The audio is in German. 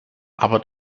aber